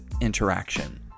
interaction